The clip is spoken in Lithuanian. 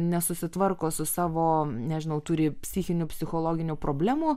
nesusitvarko su savo nežinau turi psichinių psichologinių problemų